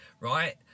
right